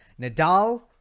Nadal